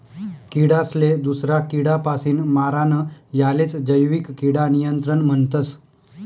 किडासले दूसरा किडापासीन मारानं यालेच जैविक किडा नियंत्रण म्हणतस